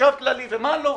וחשב כללי ומה לא.